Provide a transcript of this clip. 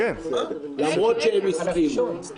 למרות שהם הסכימו.